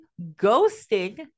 ghosting